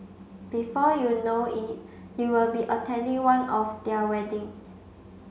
before you know it you'll be attending one of their weddings